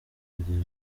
kugera